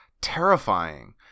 terrifying